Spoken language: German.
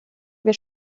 wer